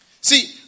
See